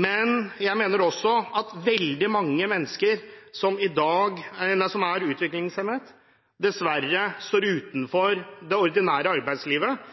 men jeg mener også at veldig mange mennesker som er utviklingshemmede, dessverre står utenfor det ordinære arbeidslivet selv om de i høyeste grad har mye å gjøre i det ordinære arbeidslivet,